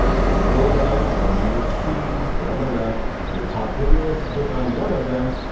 scroll down and you will see there on the left your top videos, click on one of them,